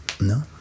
No